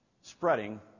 spreading